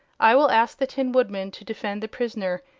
i will ask the tin woodman to defend the prisoner,